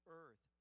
earth